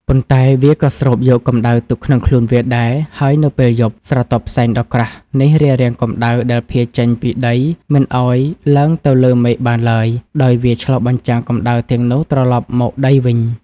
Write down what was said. ប៉ុន្តែវាក៏ស្រូបយកកម្ដៅទុកក្នុងខ្លួនវាដែរ ហើយនៅពេលយប់ ស្រទាប់ផ្សែងដ៏ក្រាស់នេះរារាំងកម្ដៅដែលភាយចេញពីដីមិនឱ្យឡើងទៅលើមេឃបានឡើយ ដោយវាឆ្លុះបញ្ចាំងកម្ដៅទាំងនោះត្រឡប់មកដីវិញ។